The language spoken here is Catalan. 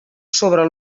sobre